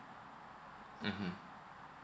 mmhmm